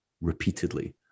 repeatedly